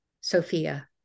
Sophia